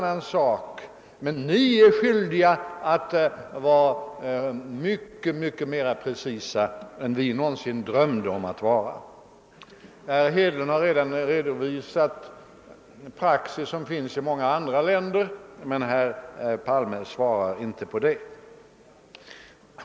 Ni är däremot skyldiga att vara mycket mera precisa än vi någonsin drömde om att vara.> Herr Hedlund har redan redovisat den praxis som råder i många andra länder, men herr Palme säger ingenting om det.